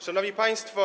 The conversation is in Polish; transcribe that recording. Szanowni Państwo!